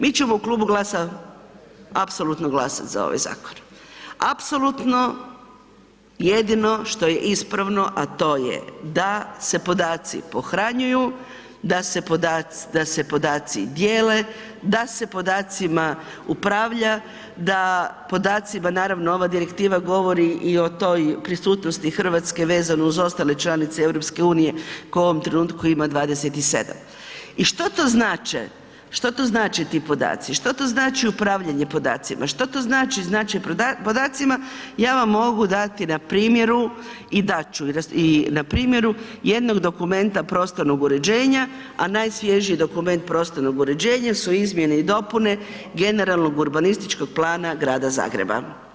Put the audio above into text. Mi ćemo u Klubu GLAS-a apsolutno glasat za ovaj zakon, apsolutno jedino što je ispravno, a to je da se podaci pohranjuju, da se podaci dijele, da se podacima upravlja, da podacima naravno ova direktiva govori i o toj prisutnosti RH vezano uz ostale članice EU kojih u ovom trenutku ima 27 i što to znače, što to znači ti podaci, što to znači upravljanje podacima, što to znači znat će podacima, ja vam mogu dati na primjeru i dat ću i na primjeru jednog dokumenta prostornog uređenja, a najsvježiji dokument prostornog uređenja su izmjene i dopune generalnog urbanističkog plana Grada Zagreba.